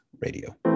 Radio